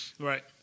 Right